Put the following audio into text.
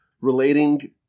relating